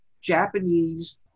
Japanese